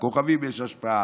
לכוכבים יש השפעה,